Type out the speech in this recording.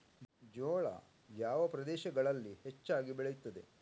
ಜೋಳ ಯಾವ ಪ್ರದೇಶಗಳಲ್ಲಿ ಹೆಚ್ಚಾಗಿ ಬೆಳೆಯುತ್ತದೆ?